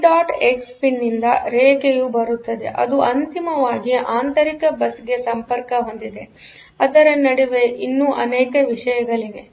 X ಪಿನ್ನಿಂದ ರೇಖೆಯು ಬರುತ್ತದೆ ಮತ್ತು ಅದು ಅಂತಿಮವಾಗಿಆಂತರಿಕ ಬಸ್ ಗೆಸಂಪರ್ಕಹೊಂದಿದೆ ಆದರೆ ನಡುವೆ ಇನ್ನೂ ಅನೇಕ ವಿಷಯಗಳಿವೆ